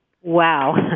Wow